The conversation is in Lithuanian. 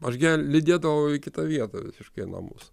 aš gi ją lydėdavau į kitą vietą visiškai į namus